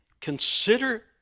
consider